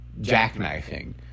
jackknifing